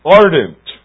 ardent